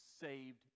saved